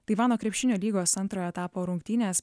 taivano krepšinio lygos antrojo etapo rungtynes